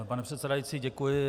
Pane předsedající, děkuji.